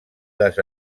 les